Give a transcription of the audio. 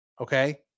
okay